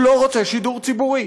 הוא לא רוצה שידור ציבורי.